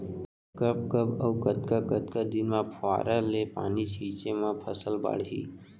कब कब अऊ कतका कतका दिन म फव्वारा ले पानी छिंचे म फसल बाड़ही?